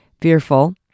fearful